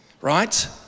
right